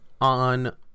on